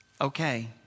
Okay